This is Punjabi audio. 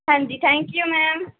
ਹਾਂਜੀ ਥੈਂਕ ਯੂ ਮੈਮ